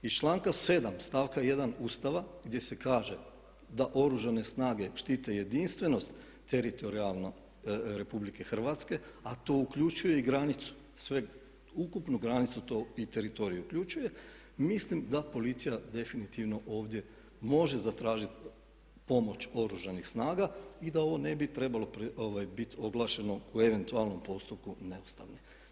Iz članka 7. stavka 1. Ustava gdje se kaže da Oružane snage štite jedinstvenost teritorijalno Republike Hrvatske, a to uključuje i granicu, sveukupnu granicu to i teritorij uključuje mislim da policija definitivno ovdje može zatražiti pomoć Oružanih snaga i da ovo ne bi trebalo bit oglašeno u eventualnom postupku neustavni.